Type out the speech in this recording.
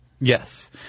Yes